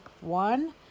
one